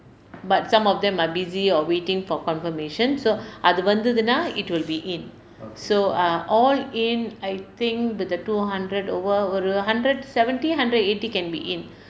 but some of them are busy or waiting for confirmation so அது வந்ததுன்னா:athu vanthathunnaa it will be in so err all in I think with the two hundred over hundred seventy hundred eighty can be in